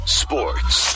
sports